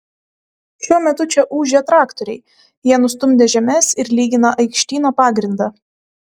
šiuo metu čia ūžia traktoriai jie nustumdė žemes ir lygina aikštyno pagrindą